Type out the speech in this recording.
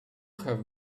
have